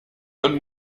donne